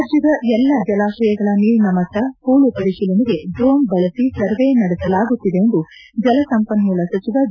ರಾಜ್ಞದ ಎಲ್ಲಾ ಜಲಾಶಯಗಳ ನೀರಿನ ಮಟ್ಟ ಹೂಳು ಪರಿಶೀಲನೆಗೆ ಡ್ರೋಣ್ ಬಳಸಿ ಸರ್ವೇ ನಡೆಸಲಾಗುತ್ತಿದೆ ಎಂದು ಜಲಸಂಪನ್ಮೂಲ ಸಚಿವ ಡಿ